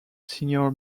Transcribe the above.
senior